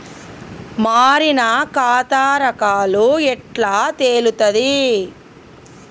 మారిన ఖాతా రకాలు ఎట్లా తెలుత్తది?